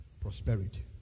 prosperity